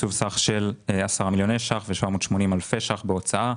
תקצוב סך של 10 מיליוני שקלים ו-780 אלפי שקלים בהוצאה,